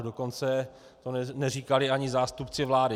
Dokonce to neříkali ani zástupci vlády.